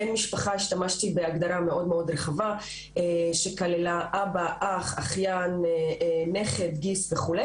בן משפחה השתמשתי בהגדרה מאוד רחבה שכללה אבא אח אחיין נכד גיס וכו',